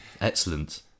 Excellent